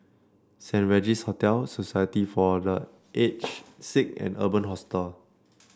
Saint Regis Hotel Society for The Aged Sick and Urban Hostel